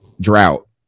drought